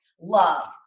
love